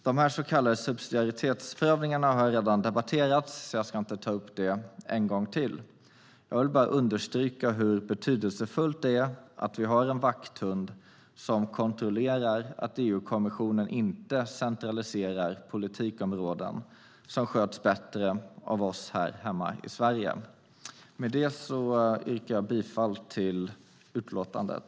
Dessa så kallade subsidiaritetsprövningar har redan debatterats, så jag ska inte ta upp det en gång till. Jag vill bara understryka hur betydelsefullt det är att vi har en vakthund som kontrollerar att EU-kommissionen inte centraliserar politikområden som sköts bättre av oss här hemma i Sverige. Jag yrkar bifall till utskottets förslag i utlåtandet.